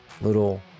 Little